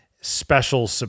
special